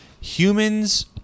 Humans